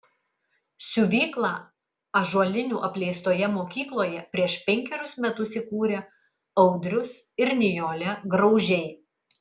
siuvyklą ąžuolinių apleistoje mokykloje prieš penkerius metus įkūrė audrius ir nijolė graužiai